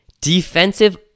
defensive